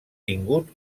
tingut